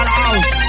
house